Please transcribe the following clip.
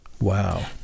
wow